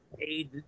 aid